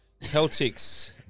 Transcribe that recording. Celtics